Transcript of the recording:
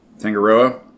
Tangaroa